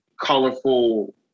colorful